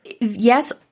Yes